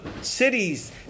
cities